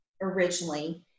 originally